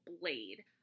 blade